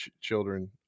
children